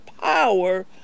power